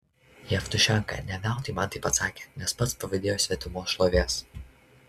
jevtušenka ne veltui man taip atsakė nes pats pavydėjo svetimos šlovės